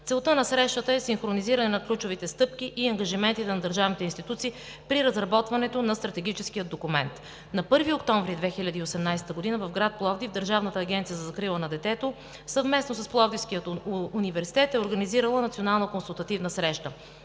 Целта на срещата е синхронизиране на ключовите стъпки и ангажименти на държавните институции при разработването на стратегическия документ. На 1 октомври 2018 г. в град Пловдив Държавната агенция за закрила на детето съвместно с Пловдивския университет е организирала национална консултативна среща.